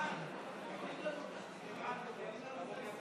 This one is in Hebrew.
נא לשבת,